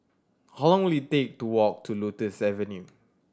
how long will it take to walk to Lotus Avenue